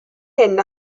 hyn